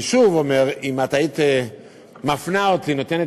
אני שוב אומר, אם את היית מפנה אותי,